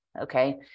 Okay